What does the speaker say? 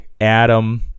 Adam